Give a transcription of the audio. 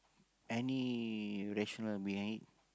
any rationale behind it